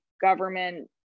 government